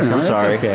i'm sorry.